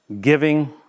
Giving